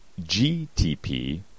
GTP